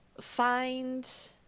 find